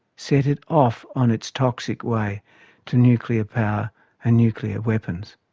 set it off on its toxic way to nuclear power and nuclear weapons.